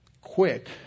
quick